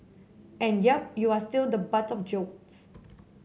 and yep you are still the butt of jokes